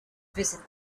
visit